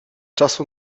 czasu